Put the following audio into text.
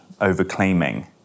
overclaiming